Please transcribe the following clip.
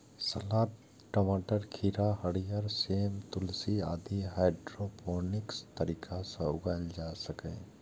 सलाद, टमाटर, खीरा, हरियर सेम, तुलसी आदि हाइड्रोपोनिक्स तरीका सं उगाएल जा सकैए